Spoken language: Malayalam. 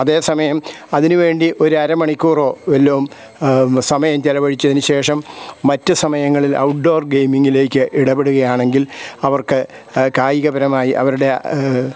അതേസമയം അതിനുവേണ്ടി ഒരരമണിക്കൂറോ വല്ലതും സമയം ചിലവഴിച്ചതിനു ശേഷം മറ്റു സമയങ്ങളിൽ ഔട്ട് ഡോര് ഗെയിമിങ്ങിലേക്ക് ഇടപെടുകയാണെങ്കിൽ അവർക്ക് കായികപരമായി അവരുടെ